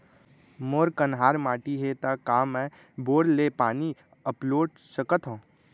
मोर कन्हार माटी हे, त का मैं बोर ले पानी अपलोड सकथव?